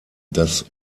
das